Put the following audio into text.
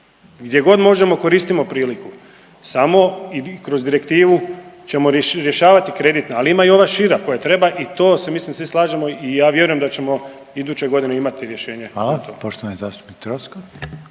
gdje god možemo koristimo priliku samo kroz direktivu ćemo rješavati kreditna, ali ima i ova šira koja treba i to se mislim se svi slažemo i ja vjerujem da ćemo iduće godine imati rješenje za to. **Reiner, Željko